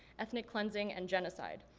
ethnic cleansing and genocide.